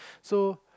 so